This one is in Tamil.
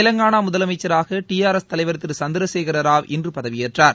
தெலங்கானா முதலமைச்சராக டிஆர்எஸ் தலைவர் திரு சந்திரசேர ராவ் இன்று பதவியேற்றார்